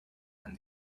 and